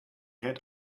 had